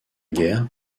guerre